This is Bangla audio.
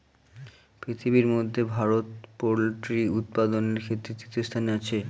পৃথিবীর মধ্যে ভারত পোল্ট্রি উৎপাদনের ক্ষেত্রে তৃতীয় স্থানে আছে